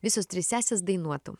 visos trys sesės dainuotų